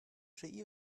she